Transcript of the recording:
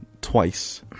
twice